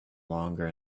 longer